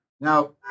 Now